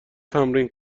تمرین